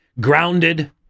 grounded